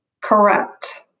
Correct